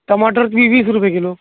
टमाटर बी वीस रुपये किलो